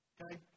Okay